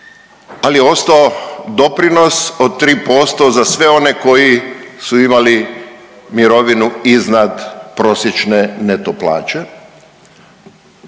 ali je ostao doprinos od 3% za sve one koji su imali mirovinu iznad prosječne neto plaće.